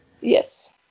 Yes